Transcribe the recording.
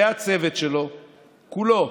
ולצוות שלו כולו,